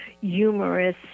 humorous